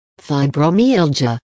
fibromyalgia